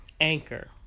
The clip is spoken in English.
Anchor